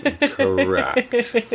Correct